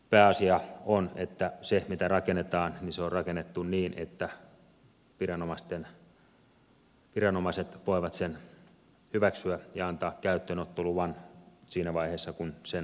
pääasia on että se mitä rakennetaan on rakennettu niin että viranomaiset voivat sen hyväksyä ja antaa käyttöönottoluvan siinä vaiheessa kun sen aika on